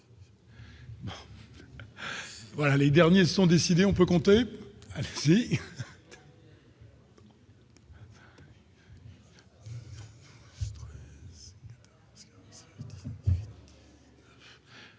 Voilà les derniers sont décidés, on peut compter. Il